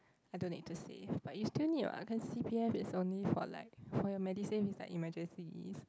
I don't need to save but you still need what because c_p_f is only for like for your Medisave is like emergencies